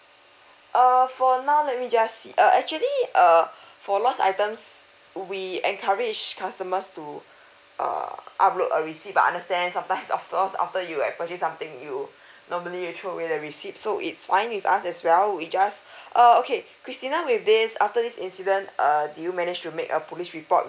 err for now let me just see uh actually err for lost items we encourage customers to err upload a receipt but I understand sometimes after all after you like purchased something you normally you throw away the receipt so it's fine with us as well we just uh okay christina with this after this incident err do you managed to make a police report